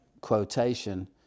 quotation